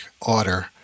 order